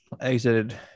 exited